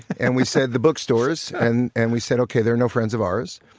and we said, the bookstores. and and we said, ok, they're no friends of ours.